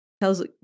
tells